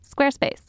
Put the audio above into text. Squarespace